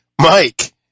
Mike